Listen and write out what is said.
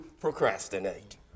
procrastinate